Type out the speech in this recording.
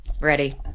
Ready